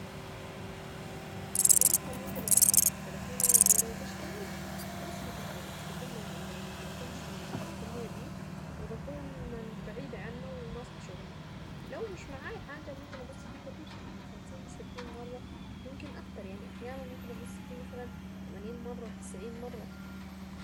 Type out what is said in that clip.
انا مثلا ممكن ابص في تليفوني يعني لو بشتغل هبص كتير مش بكون يعني ما اكونش مهتمية به وبكون بعيدة عنه وماسكة شغلي لو مش معي حاجة ممكن ابص فيها من خمسين لستين تلاتين مرة يمكن اكتر يعني احيانا ممكن ما تبصش فيه مثلا تمانين مرة تسعين مرة.